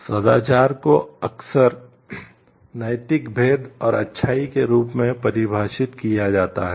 सदाचार को अक्सर नैतिक भेद और अच्छाई के रूप में परिभाषित किया जाता है